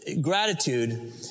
gratitude